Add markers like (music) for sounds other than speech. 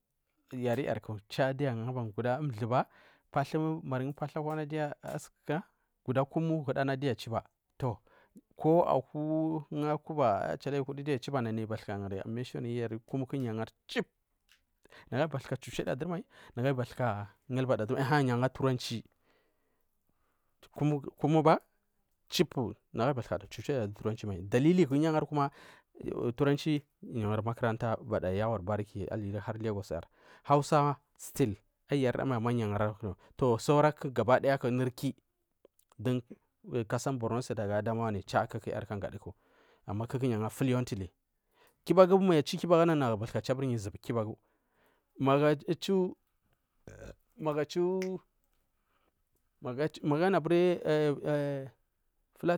Yari yarku cha angubankuguda umlhu guda kumu gin a chiba ko aku angu akuba yu a menchaned cnip nagu abathika chuchida akwa mai nagu abathika gulbada dun mai yu anfuri turanci kumu ba chip nagu anbathka chuchida du turanci lri ku giu angari ku turanci gul gari umakurema bada yauwun baraki lagos yar hausa stul aiyi yari da mai ama yu angari ki kasan borno aga adamawa ama kuku ju angari fluently kibagu ma yu achu kibagu nagu achu buri yur zin magu anu abari. (unintelligible) (hesitation)